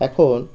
এখন